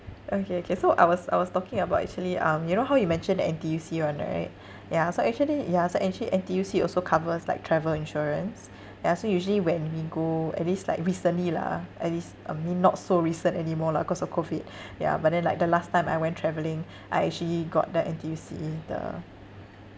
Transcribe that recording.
okay okay so I was I was talking about actually um you know how you mentioned the N_T_U_C [one] right ya so actually ya so actually N_T_U_C also covers like travel insurance ya so usually when we go at least like recently lah ah at least I mean not so recent anymore lah cause of COVID ya but then like the last time I went travelling I actually got that N_T_U_C the